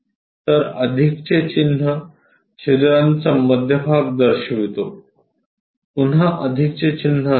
तर अधिकचे चिन्ह छिद्रांचा मध्यभाग दर्शवितोपुन्हा अधिकचे चिन्ह असते